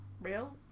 real